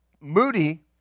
Moody